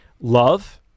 Love